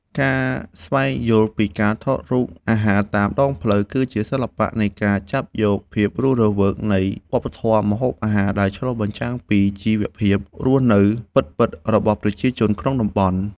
ការស្វែងយល់ពីការថតរូបអាហារតាមដងផ្លូវ គឺជាសិល្បៈនៃការចាប់យកភាពរស់រវើកនៃវប្បធម៌ម្ហូបអាហារដែលឆ្លុះបញ្ចាំងពីជីវភាពរស់នៅពិតៗរបស់ប្រជាជនក្នុងតំបន់។